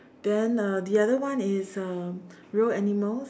then uh the other one is um real animals